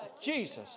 Jesus